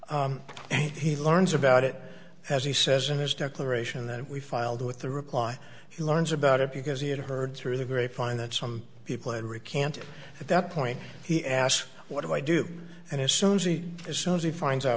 and he learns about it as he says in his declaration that we filed with the reply he learns about it because he had heard through the grapevine that some people had recanted at that point he asked what do i do and as soon as soon as he finds out